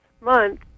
Month